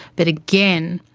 but again,